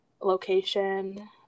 location